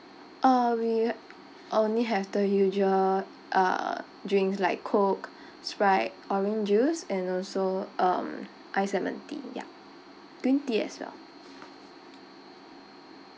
uh we only have the usual uh drinks like coke sprite orange juice and also um ice lemon tea ya green tea as well